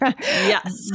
Yes